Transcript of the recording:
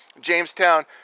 Jamestown